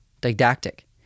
didactic